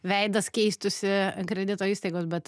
veidas keistųsi kredito įstaigos bet